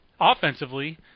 offensively